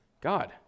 God